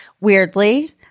Weirdly